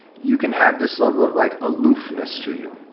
you can have this level of like aloofness to you.